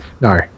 No